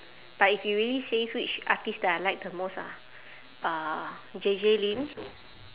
but if you really say which artist that I like the most ah uh J J lin